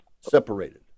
separated